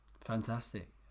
Fantastic